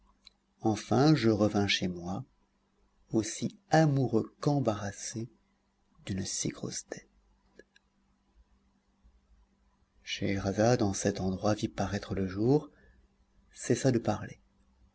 enfin je revins chez moi aussi amoureux qu'embarrassé d'une si grosse dette scheherazade en cet endroit vit paraître le jour cessa de parler